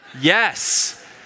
yes